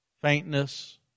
faintness